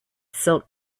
silk